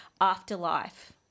Afterlife